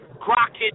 Crockett